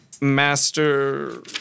master